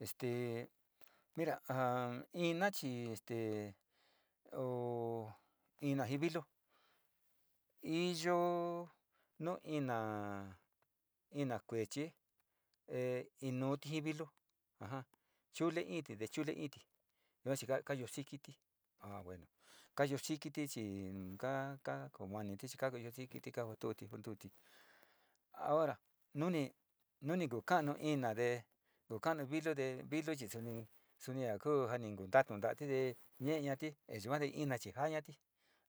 Este mira ina chí este ho ina xhin vilu, iyo'ó nuu ina, ina kueché he inoti vilu ajan chunde ité nde chule ití noxhika koni kiti, ha bueno kayuu chikiti chí ka'ka komaniti chi kayu xhikiti kabuo tuti kunduti ahora nuni nuni kuu kano iin na'a ndé, kukanu nduke vilu nde vilu xhixuni xuni njakuu njani kun ndatu, ndati nde ñe'e ñatí enyuguan nde ina chi jañati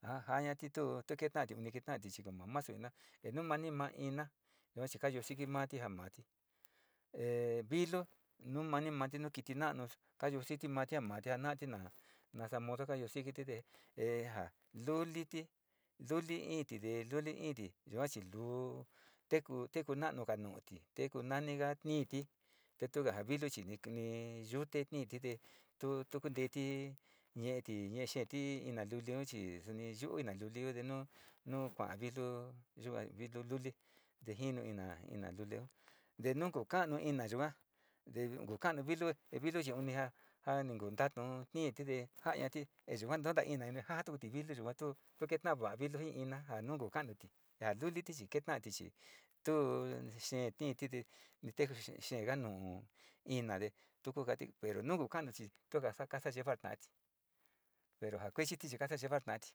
ha njañati tuu tukenati unikenati chí ngomamaxio vina'a, he nuu mani ma'a iná ñoxikayo xhiki mati njamati he vilu nuu ma'a ni mati nuu kiti na'a nó kayuu xhiti matiá, matiá nati na'a naxamoka kayuu xhikiti nde denjá luliti luli in tindé, luli iinti yuachi luu tekuu tekuu nanukanoti tekunaniga niti tetunga viluu chinitni yuu te ni'i tindé tuu tukundeti ñeti ñexheti ina luleon chi xani yuii ña'a luleon nde nuu, nuu kuan viluu yikuan vilu lule ndejiono ina ina luleó nde nuu kuu kano ina yunguá nde kuu kano vilu he viluu yi uni ngá nja ni njuntanon ni'í tinde njañati enyunjuan ta ina ndejatuti viluu chiguantu tuketava viluu chinjuantu tuketan va'a viluu xiina nja nudu kanuti nja luliti chi ketanti chi tuu xhentintide niten xhenga nuu na nde tukuu kati pero nukuu kano chi tuka xa'a kaxa llevar na'a ti pero njakuechiti chi tikaxa llevar nati.